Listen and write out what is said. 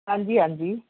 ਹਾਂਜੀ ਹਾਂਜੀ